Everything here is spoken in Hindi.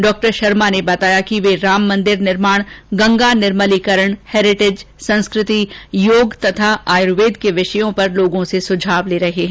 डॉ महेश शर्मा ने बताया कि वे राम मन्दिर निर्माण गंगा निर्मलीकरण हैरिटेज संस्कृति योग तथा आयुर्वेद के विषयों पर लोगों से सुझाव ले रहे है